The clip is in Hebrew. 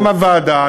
תוקם הוועדה,